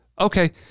Okay